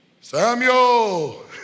Samuel